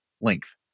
length